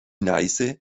neiße